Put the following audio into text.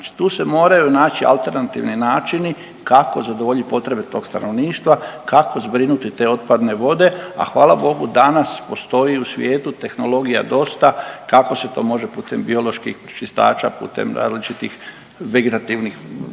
Znači tu se moraju naći alternativni načini kako zadovoljiti potrebe tog stanovništva, kako zbrinuti te otpadne vode, a hvala Bogu danas postoji u svijetu tehnologija dosta kako se to može putem bioloških pročistača, putem različitih vegetativnih ne znam